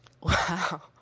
wow